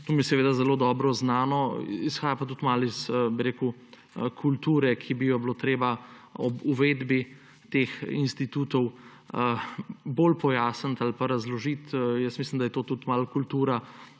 to mi je zelo dobro znano, izhaja pa tudi malo iz kulture, ki bi jo bilo treba ob uvedbi teh institutov bolj pojasniti ali pa razložiti. Mislim, da je to tudi malo kultura